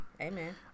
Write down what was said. Amen